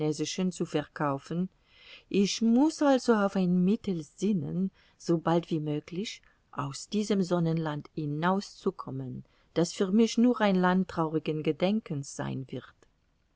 zu verkaufen ich muß also auf mittel sinnen so bald wie möglich aus diesem sonnenland hinauszukommen das für mich nur ein land traurigen gedenkens sein wird